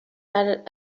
varen